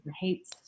hates